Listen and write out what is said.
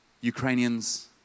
Ukrainians